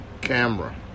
camera